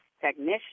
technician